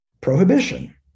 prohibition